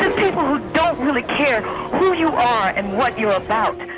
don't really care who you are and what you're about.